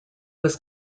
was